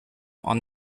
are